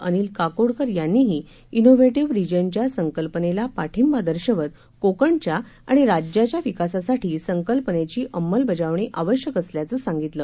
अनिलकाकोडकरयांनीही जीव्हेटीव्हरिजनच्यासंकल्पनेलापाठिंबादर्शवतकोकणच्याआणिराज्याच्याविकासासाठीसंकल्प नेचीअंमलबजावणीआवश्यकअसल्याचंसांगितलं